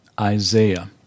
Isaiah